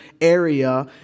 area